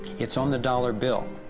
it's on the dollar bill,